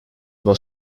was